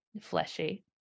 fleshy